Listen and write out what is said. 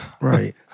Right